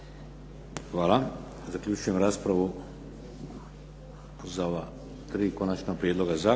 Hvala. Zaključujem raspravu za ova tri konačna prijedloga